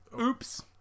Oops